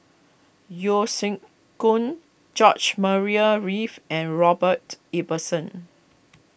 Yeo Siak Goon George Maria Reith and Robert Ibbetson